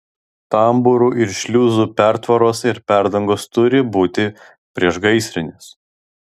tambūrų ir šliuzų pertvaros ir perdangos turi būti priešgaisrinės